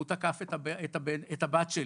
הוא תקף את הבת שלי.